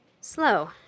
Slow